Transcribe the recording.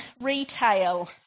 retail